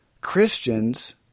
Christians